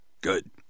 Good